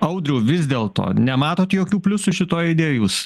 audriau vis dėlto nematot jokių pliusų šitoj idėjoj jūs